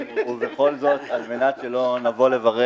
ובכל זאת, על מנת שלא נבוא לברך